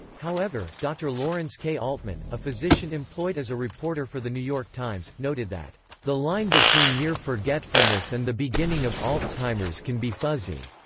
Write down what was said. however, dr. lawrence k. altman, a physician employed as a reporter for the new york times, noted that the line between mere forgetfulness and the beginning of alzheimer's can be fuzzy,